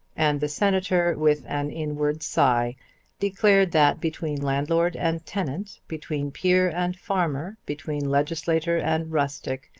and the senator, with an inward sigh declared that between landlord and tenant, between peer and farmer, between legislator and rustic,